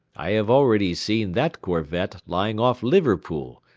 i have already seen that corvette lying off liverpool,